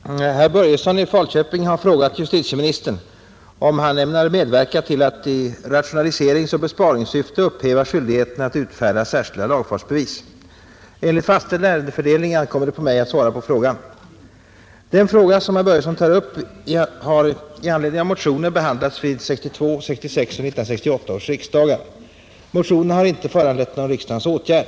Herr talman! Herr Börjesson i Falköping har frågat justitieministern om han ämnar medverka till att i rationaliseringsoch besparingssyfte upphäva skyldigheten att utfärda särskilda lagfartsbevis. Enligt fastställd ärendefördelning ankommer det på mig att svara på frågan. Den fråga herr Börjesson tar upp har i anledning av motioner behandlats vid 1962, 1966 och 1968 års riksdagar. Motionerna har inte föranlett någon riksdagens åtgärd.